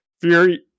Fury